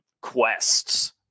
quests